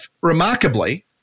remarkably